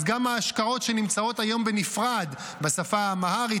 אז גם ההשקעות שנמצאות היום בנפרד בשפה האמהרית,